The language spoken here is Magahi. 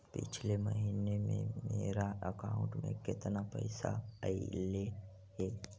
पिछले महिना में मेरा अकाउंट में केतना पैसा अइलेय हे?